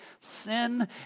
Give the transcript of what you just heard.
Sin